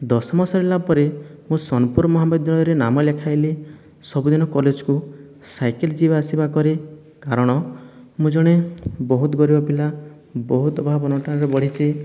ଦଶମ ସରିଲା ପରେ ମୁଁ ସୋନପୁର ମହାବିଦ୍ୟାଳୟରେ ନାମ ଲେଖାଇଲି ସବୁ ଦିନ କଲେଜକୁ ସାଇକେଲ ଯିବା ଆସିବା କରେ କାରଣ ମୁଁ ଜଣେ ବହୁତ ଗରିବ ପିଲା ବହୁତ ଅଭାବ ଅନଟନରେ ବଢ଼ିଛି